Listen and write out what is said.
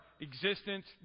existence